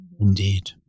Indeed